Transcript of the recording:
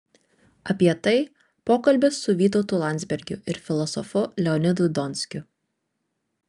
apie tai pokalbis su vytautu landsbergiu ir filosofu leonidu donskiu